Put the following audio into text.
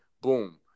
boom